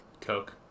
Coke